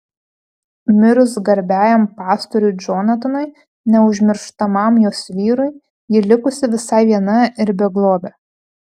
mirus garbiajam pastoriui džonatanui neužmirštamam jos vyrui ji likusi visai viena ir beglobė